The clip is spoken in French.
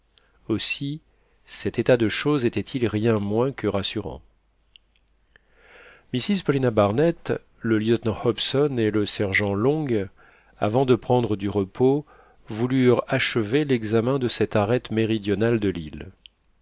aussi cet état de choses étaitil rien moins que rassurant mrs paulina barnett le lieutenant hobson et le sergent long avant de prendre du repos voulurent achever l'examen de cette arête méridionale de l'île